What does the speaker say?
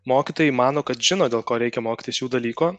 mokytojai mano kad žino dėl ko reikia mokyti šių dalykų